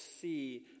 see